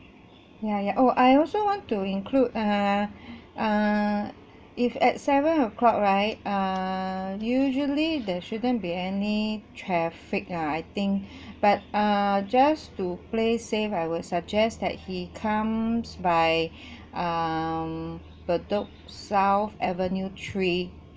ya ya oh I also want to include err err if at seven o'clock right err usually there shouldn't be any traffic ah I think but uh just to play safe I would suggest that he comes by um bedok south avenue three